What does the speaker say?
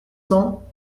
cents